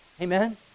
Amen